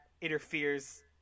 interferes